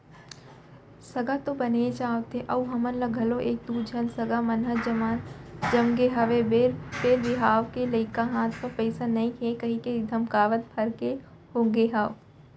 सगा तो बनेच आवथे अउ हमन ल घलौ एक दू झन सगा मन ह जमगे हवय फेर बिहाव के लइक हाथ म पइसा नइ हे कहिके धकमकावत भर ले होगे हंव